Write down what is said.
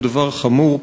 הוא דבר חמור,